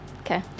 okay